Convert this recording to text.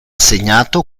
segnato